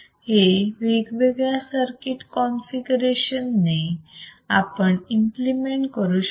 हे वेगवेगळ्या circuit configuration ने आपण इम्प्लिमेंट करू शकतो